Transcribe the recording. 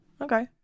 okay